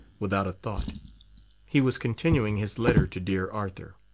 without a thought he was continuing his letter to dear arthur